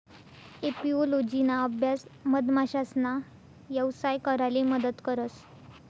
एपिओलोजिना अभ्यास मधमाशासना यवसाय कराले मदत करस